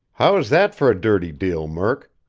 how is that for a dirty deal, murk?